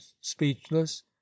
speechless